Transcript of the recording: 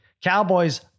Cowboys